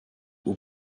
aux